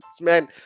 man